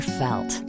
felt